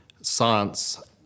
science